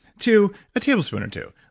to a tablespoon or two.